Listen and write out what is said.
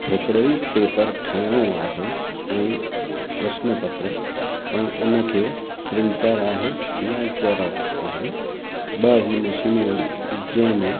हिकिड़ो ई पेपर ठहणो आहे ऐं प्रश्न पत्र ऐं उनखे प्रिंटर आहे या ज़ेरॉक्स आहे ॿ ई मशीनूं आहिनि जंहिं में